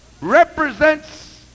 represents